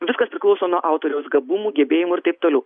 viskas priklauso nuo autoriaus gabumų gebėjimų ir taip toliau